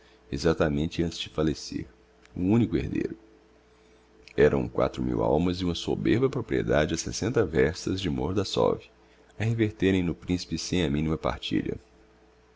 exactamente antes de fallecer o unico herdeiro eram quatro mil almas e uma soberba propriedade a sessenta verstas de mordassov a reverterem no principe sem a minima partilha